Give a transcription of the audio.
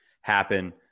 happen